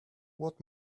what